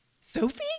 Sophie